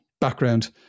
background